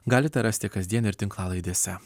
galite rasti kasdien ir tinklalaidėse